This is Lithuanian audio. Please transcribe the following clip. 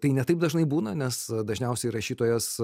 tai ne taip dažnai būna nes dažniausiai rašytojas